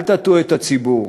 אל תטעו את הציבור.